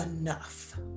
enough